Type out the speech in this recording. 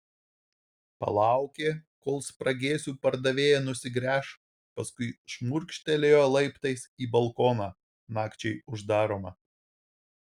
palaukė kol spragėsių pardavėja nusigręš paskui šmurkštelėjo laiptais į balkoną nakčiai uždaromą